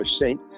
saint